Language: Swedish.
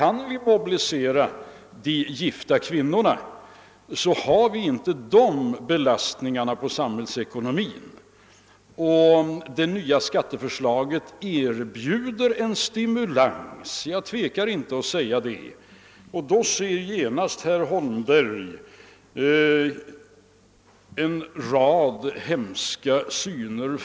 Men om vi kan mobilisera de gifta kvinnorna får vi inte sådana belastningar på samhällsekonomin. Och det nya skatteförslaget erbjuder en stimulans — jag tvekar inte att säga det, fastän herr Holmberg genast ser en rad hemska syner.